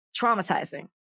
traumatizing